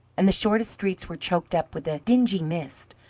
and the shortest streets were choked up with a dingy mist,